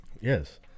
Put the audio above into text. Yes